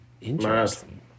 Interesting